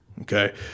Okay